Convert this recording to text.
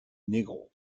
negro